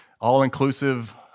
all-inclusive